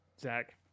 Zach